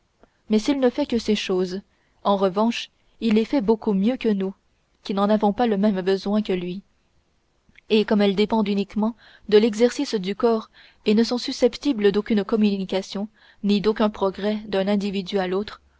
mais s'il ne fait que ces choses en revanche il les fait beaucoup mieux que nous qui n'en avons pas le même besoin que lui et comme elles dépendent uniquement de l'exercice du corps et ne sont susceptibles d'aucune communication ni d'aucun progrès d'un individu à l'autre